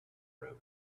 room